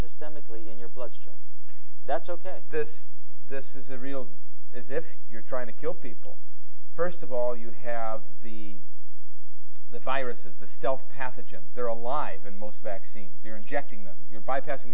systemically in your bloodstream that's ok this this is a real is if you're trying to kill people first of all you have the the viruses the stealth pathogen they're alive and most vaccine you're injecting them you're bypassing